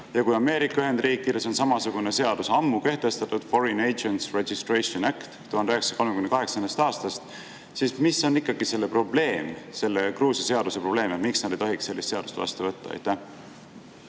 ja kui Ameerika Ühendriikides on samasugune seadus ammu kehtestatud – Foreign Agents Registration Act 1938. aastast –, siis mis on ikkagi selle Gruusia seaduse probleem? Miks nad ei tohiks sellist seadust vastu võtta? Varro